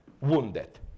Wounded